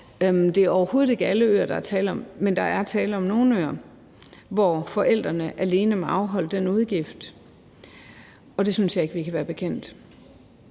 Det er overhovedet ikke alle øer, der er tale om, men der er tale om nogle øer, hvor forældrene alene må afholde den udgift, og det synes jeg ikke vi kan være bekendt.